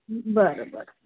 बरं बरं